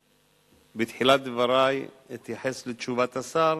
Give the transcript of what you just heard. בתחילת דברי אני אתייחס לתשובת השר,